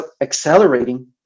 accelerating